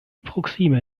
proksime